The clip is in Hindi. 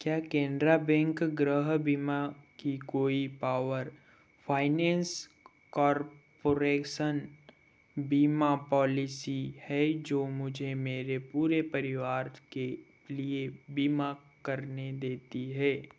क्या कैनरा बैंक गृह बीमा की कोई पावर फाइनेंस कॉर्पोरेशन बीमा पॉलिसी है जो मुझे मेरे पूरे परिवार के लिए बीमा करने देती है